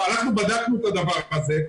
הלכנו בדקנו את הדבר הזה,